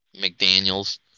McDaniels